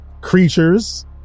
creatures